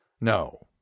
No